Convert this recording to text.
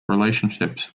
relationships